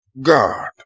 God